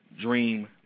dream